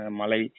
Malay